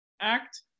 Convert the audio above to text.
Act